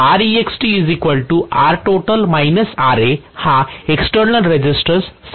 तर हा external resistance समाविष्ट करायचा आहे